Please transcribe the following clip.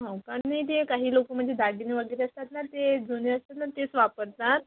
हो का नाही ते काही लोक म्हणजे दागिने वगैरे असतात ना ते जुने असतात ना तेच वापरतात